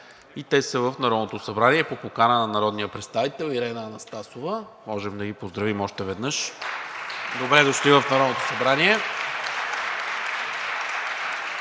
и те са в Народното събрание по покана на народния представител Ирена Анастасова. Можем да ги поздравим още веднъж. Добре дошли в Народното събрание!